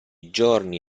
giorni